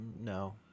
no